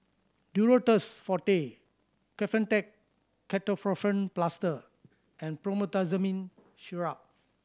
Duro Tuss Forte Kefentech Ketoprofen Plaster and Promethazine Syrup